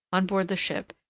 on board the ship,